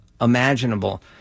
imaginable